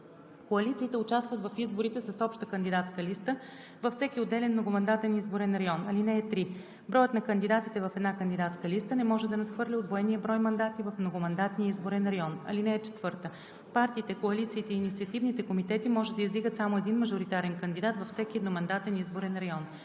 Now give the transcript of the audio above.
Коалициите участват в изборите с обща кандидатска листа във всеки отделен многомандатен изборен район. (3) Броят на кандидатите в една кандидатска листа не може да надхвърля удвоения брой мандати в многомандатния изборен район. (4) Партиите, коалициите и инициативните комитети може да издигат само един мажоритарен кандидат във всеки едномандатен изборен район.